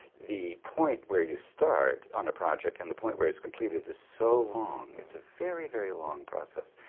the point where you start on a project and the point where it's completed is so long, it's a very, very long process.